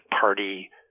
party